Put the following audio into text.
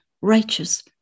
righteous